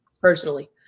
personally